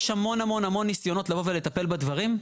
יש המון המון ניסיונות לבוא ולטפל בדברים.